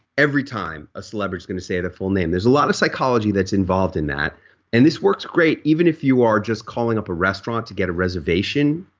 every time a celebrity going to say the full name there's a lot of psychology that's involved in that and this works great even if you are just calling up a restaurant to get a reservation.